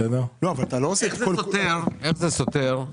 איך זה סותר את